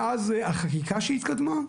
ואז החקיקה שהתקדמה,